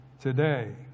today